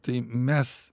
tai mes